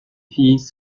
filles